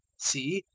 see,